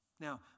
Now